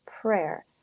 prayer